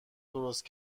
درست